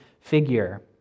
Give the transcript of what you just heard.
figure